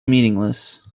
meaningless